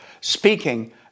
speaking